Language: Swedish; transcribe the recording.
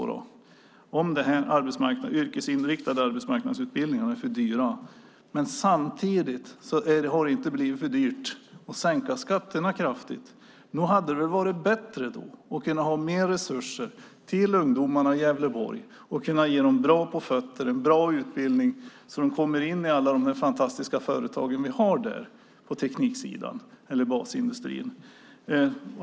Arbetsmarknadsministern tycker att de yrkesinriktade arbetsmarknadsutbildningarna är för dyra, men samtidigt har det inte blivit för dyrt att sänka skatterna kraftigt. Nog hade det väl varit bättre att kunna ha mer resurser till ungdomarna i Gävleborg och kunna ge dem bra på fötterna i form av en bra utbildning så att de kommer in i alla de här fantastiska företagen vi har på tekniksidan eller i basindustrin.